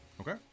Okay